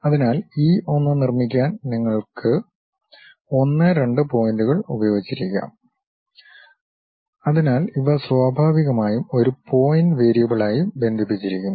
അതിനാൽ ഇ 1 നിർമ്മിക്കാൻ നിങ്ങൾ 1 2 പോയിന്റുകൾ ഉപയോഗിച്ചിരിക്കാം അതിനാൽ ഇവ സ്വാഭാവികമായും ഒരു പോയിന്റ് വേരിയബിളായി ബന്ധിപ്പിച്ചിരിക്കുന്നു